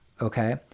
Okay